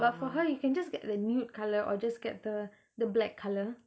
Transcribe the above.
but for her you can just get the nude colour or just get the the black colour